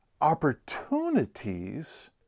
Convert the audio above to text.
opportunities